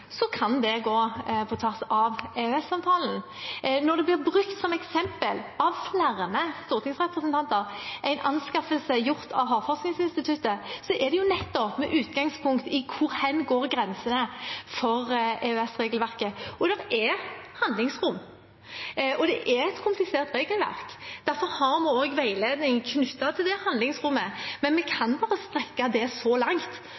kan det gå på tvers av EØS-avtalen. Når en anskaffelse som ble gjort av Havforskningsinstituttet, blir brukt som eksempel av flere stortingsrepresentanter, er det nettopp med utgangspunkt i: Hvor går grensene for EØS-regelverket? Det er handlingsrom, og det er et komplisert regelverk. Derfor har vi også veiledning knyttet til det handlingsrommet, men vi kan bare strekke det så langt